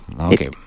Okay